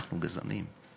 אנחנו גזענים.